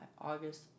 August